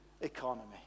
economy